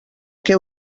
què